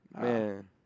Man